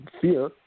fear